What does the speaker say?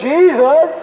Jesus